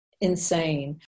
insane